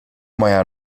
moja